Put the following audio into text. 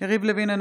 יריב לוין,